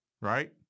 right